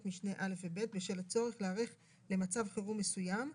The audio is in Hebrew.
משנה (א) ו-(ב) בשל הצורך להיערך למצב חירום מסוים,